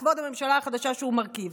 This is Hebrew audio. לכבוד הממשלה החדשה שהוא מרכיב,